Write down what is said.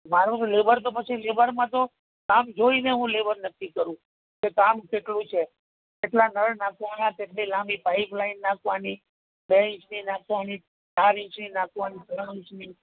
મારું લેબર તો પછી લેબરમાં તો કામ જોઈને હું લેબર નક્કી કરું કે કામ કેટલું છે કેટલા નળ નાખવાના કેટલી લાંબી પાઈપલાઈન નાખવાની બે ઇંચની નાખવાની કે ચાર ઇંચની નાખવાની ત્રણ ઇંચની